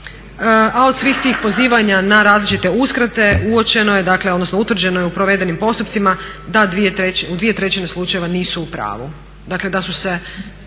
A od svih tih pozivanja na različite uskrate utvrđeno je u provedenim postupcima da u 2/3 slučajeva nisu u pravu,